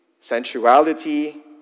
sensuality